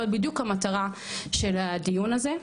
זאת בדיוק המטרה של הדיון הזה,